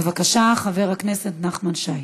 בבקשה, חבר הכנסת נחמן שי.